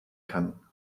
kann